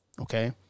Okay